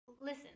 listen